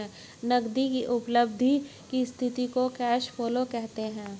नगदी की उपलब्धि की स्थिति को कैश फ्लो कहते हैं